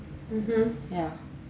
ya